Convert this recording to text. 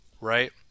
right